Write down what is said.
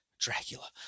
dracula